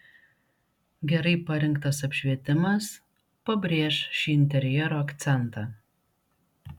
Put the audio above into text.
gerai parinktas apšvietimas pabrėš šį interjero akcentą